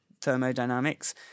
thermodynamics